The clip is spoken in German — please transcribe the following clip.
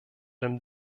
dem